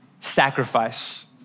sacrifice